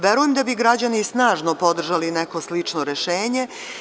Verujem da bi građani snažno podržali neko slično rešenje.